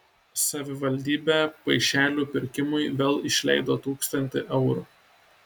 savivaldybė paišelių pirkimui vėl išleido tūkstantį eurų